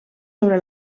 sobre